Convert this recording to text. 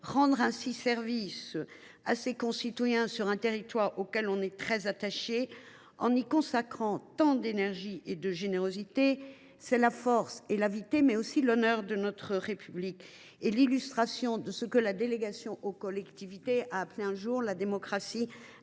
Rendre ainsi service à ses concitoyens sur un territoire auquel on est attaché, en y consacrant tant d’énergie et de générosité, c’est la force, la vitalité, mais aussi l’honneur de notre République, l’illustration de ce que la délégation aux collectivités territoriales